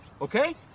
okay